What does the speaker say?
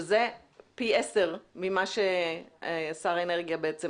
שזה פי 10 ממה ששר האנרגיה דיבר עליו.